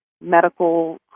medical